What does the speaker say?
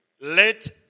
let